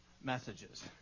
messages